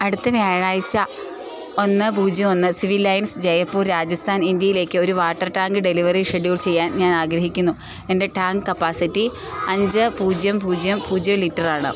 അടുത്ത വ്യാഴാഴ്ച ഒന്ന് പൂജ്യം ഒന്ന് സിവിൽ ലൈൻസ് ജയ്പൂർ രാജസ്ഥാൻ ഇന്ത്യയിലേക്ക് ഒരു വാട്ടർ ടാങ്ക് ഡെലിവറി ഷെഡ്യൂൾ ചെയ്യാൻ ഞാനാഗ്രഹിക്കുന്നു എൻ്റെ ടാങ്ക് കപ്പാസിറ്റി അഞ്ച് പൂജ്യം പൂജ്യം പൂജ്യം ലിറ്റർ ആണ്